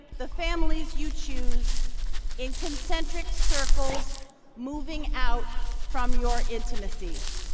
the families you choose in concentric circles moving out from your intimacies